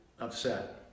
upset